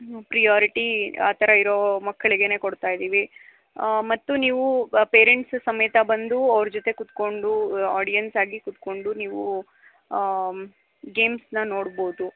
priority ಆ ಥರ ಇರೋ ಮಕ್ಳಿಗೆ ಕೊಡ್ತಾ ಇದ್ದೀವಿ ಮತ್ತು ನೀವು ಬ ಪೇರೆಂಟ್ಸ್ ಸಮೇತ ಬಂದು ಅವ್ರ ಜೊತೆ ಕುತ್ಕೊಂಡು ಆಡಿಯನ್ಸ್ ಆಗಿ ಕುತ್ಕೊಂಡು ನೀವು ಗೇಮ್ಸ್ನಾ ನೋಡ್ಬೋದು